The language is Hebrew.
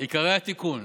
עיקרי התיקון: